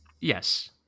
yes